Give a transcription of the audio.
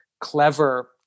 clever